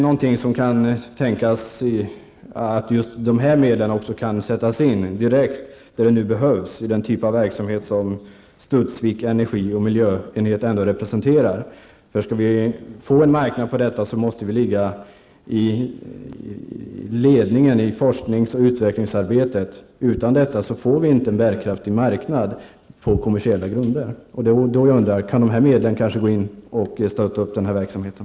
Kan man tänka sig att de medlen också kan sättas in direkt där de nu behövs, i den typ av verksamhet som Studsvik Energi och Miljöenhet representerar? Skall vi få en marknad på detta område måste vi ligga i ledningen i forsknings och utvecklingsarbetet. Utan detta får vi inte en bärkraftig marknad på kommersiella grunder. Kan de medel som jordbruksministern nämnt kanske gå in och stötta upp den här verksamheten?